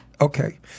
Okay